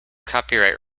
copyright